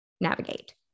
navigate